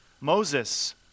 Moses